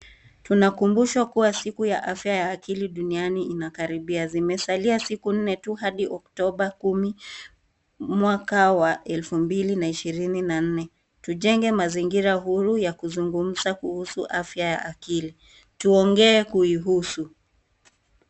Tunakumbushwa kuwa siku ya afya duniani inakaribia. Zimesalia siku nne tu hadi oktoba kumi mwaka wa elfu mbili na ishirini na nne. Tujenge mazingira huru ya kuzungumza kuhusu afya ya akili. Tuongee kuihusu.